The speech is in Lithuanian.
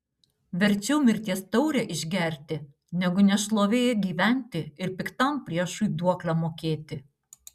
verčiau mirties taurę išgerti negu nešlovėje gyventi ir piktam priešui duoklę mokėti